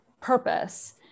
purpose